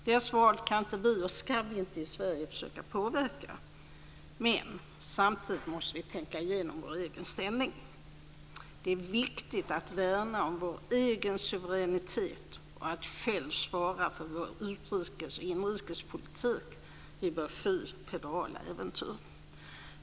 Deras val kan vi och ska vi inte påverka i Sverige, men samtidigt måste vi tänka igenom vår egen ställning. Det är viktigt att värna vår egen suveränitet och att själv svara för vår utrikesoch inrikespolitik. Vi bör sky federala äventyr.